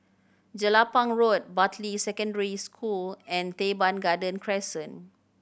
Jelapang Road Bartley Secondary School and Teban Garden Crescent